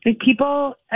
People